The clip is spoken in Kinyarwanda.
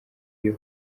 iyo